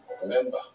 Remember